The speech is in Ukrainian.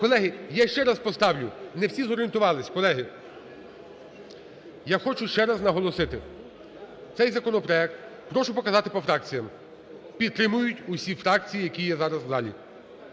Колеги, я ще раз поставлю. Не всі зорієнтувались, колеги. Я хочу ще раз наголосити, цей законопроект (прошу показати по фракціях) підтримують усі фракції, які є зараз в залі.